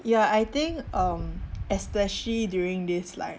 ya I think um especially during this like